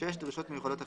דרישות מיוחדות אחרות.